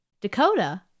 Dakota